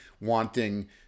wanting